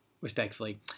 respectfully